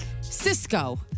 Cisco